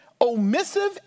Omissive